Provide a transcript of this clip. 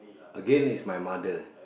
again is my mother